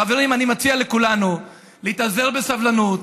חברים, אני מציע לכולנו להתאזר בסבלנות,